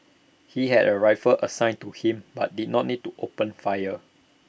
he had A rifle assigned to him but did not need to open fire